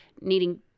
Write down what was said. needing